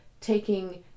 taking